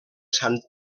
sant